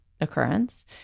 occurrence